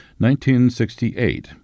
1968